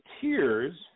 tears